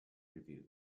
reviews